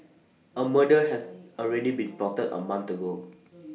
A murder has already been plotted A month ago